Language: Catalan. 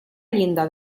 llinda